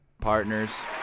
Partners